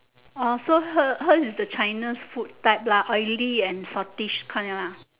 orh so her hers is the china food type lah oily and saltish kind ah